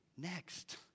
Next